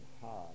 hard